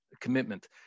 commitment